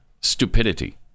stupidity